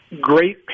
great